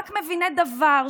ורק מביני דבר,